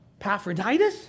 paphroditus